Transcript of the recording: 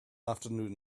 afternoon